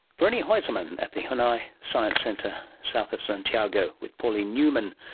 vreni haussermann at the huinay science centre south of santiago, with pauline newman.